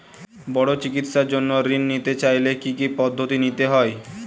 বড় চিকিৎসার জন্য ঋণ নিতে চাইলে কী কী পদ্ধতি নিতে হয়?